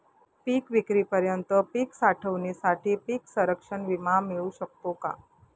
पिकविक्रीपर्यंत पीक साठवणीसाठी पीक संरक्षण विमा मिळू शकतो का?